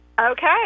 Okay